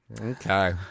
Okay